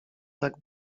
tak